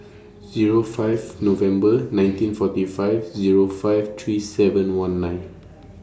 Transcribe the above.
Zero five November nineteen forty five Zero five three seven one nine